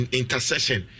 intercession